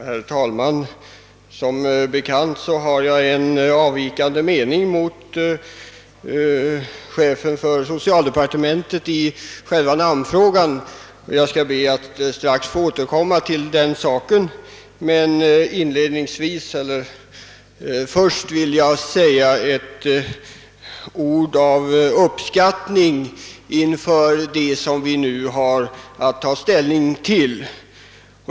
Herr talman! Som bekant har jag en annan mening än chefen för socialdepartementet i själva namnfrågan, och jag skall be att strax få återkomma till den saken. Först vill jag säga några ord av uppskattning inför det förslag som vi nu har att ta ställning till.